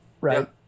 right